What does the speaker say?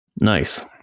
Nice